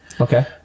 Okay